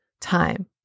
time